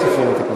זאת האמנות שלהם.